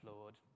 Lord